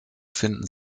finden